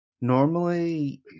Normally